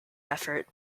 effort